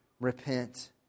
repent